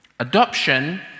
Adoption